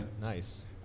Nice